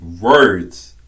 Words